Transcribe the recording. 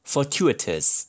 Fortuitous